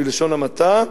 בלשון המעטה,